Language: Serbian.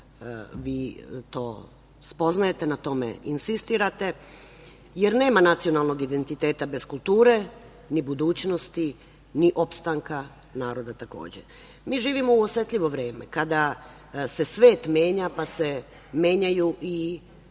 vi to spoznajte i na tome insistirate, jer nema nacionalnog identiteta bez kulture, ni budućnosti, ni opstanka naroda, takođe. Mi živimo u osetljivo vreme, kada se svet menja, pa se menjaju i